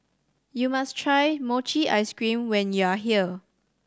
you must try mochi ice cream when you are here